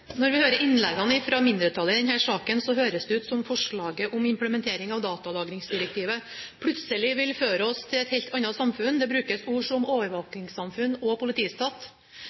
Når vi hører innleggene fra mindretallet i denne saken, høres det ut som om forslaget om implementering av datalagringsdirektivet plutselig vil føre oss til et helt annet samfunn. Det brukes ord som «overvåkningssamfunn» og